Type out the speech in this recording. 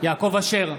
יעקב אשר,